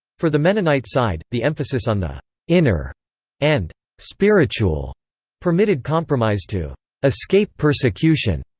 for the mennonite side, the emphasis on the inner and spiritual permitted compromise to escape persecution,